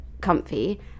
comfy